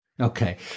Okay